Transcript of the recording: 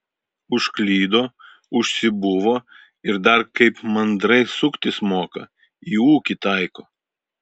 užklydo užsibuvo ir dar kaip mandrai suktis moka į ūkį taiko